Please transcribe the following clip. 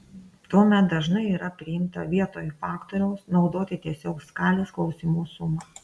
tuomet dažnai yra priimta vietoj faktoriaus naudoti tiesiog skalės klausimų sumą